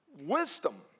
wisdom